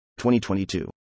2022